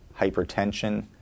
hypertension